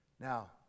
Now